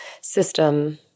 system